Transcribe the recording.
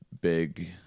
big